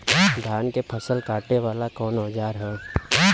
धान के फसल कांटे वाला कवन औजार ह?